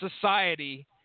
society